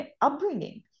upbringing